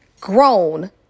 grown